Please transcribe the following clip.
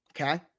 Okay